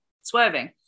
swerving